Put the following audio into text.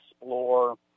explore